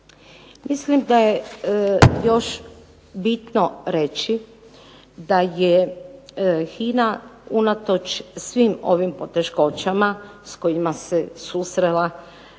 Mislim da je još bitno reći da je HINA unatoč svim ovim poteškoćama s kojima se susrela u